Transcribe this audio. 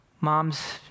mom's